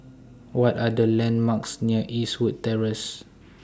What Are The landmarks near Eastwood Terrace